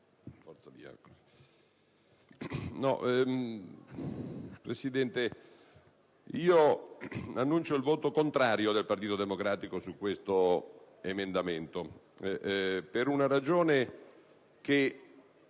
Presidente, dichiaro il voto contrario del Partito Democratico su questo emendamento per una ragione che,